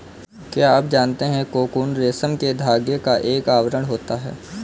क्या आप जानते है कोकून रेशम के धागे का एक आवरण होता है?